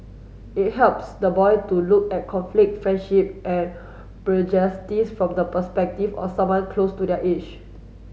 it helps the boy to look at conflict friendship and from the perspective or someone close to their age